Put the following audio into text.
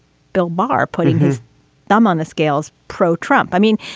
bill bar putting his thumb on the scales. pro-trump i mean,